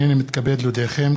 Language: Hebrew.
הנני מתכבד להודיעכם,